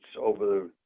over